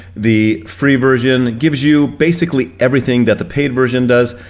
the free version gives you basically everything that the paid version does.